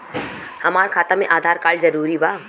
हमार खाता में आधार कार्ड जरूरी बा?